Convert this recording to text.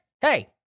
hey